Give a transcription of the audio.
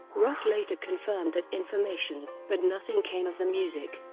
roth later confirmed that information, but nothing came of the music.